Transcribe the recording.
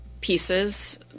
pieces